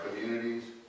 communities